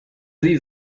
sie